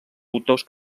autors